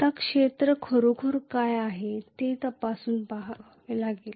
आता हे क्षेत्र खरोखर काय आहे ते तपासून पाहावे लागेल